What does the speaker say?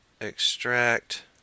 extract